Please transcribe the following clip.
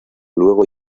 luego